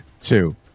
Two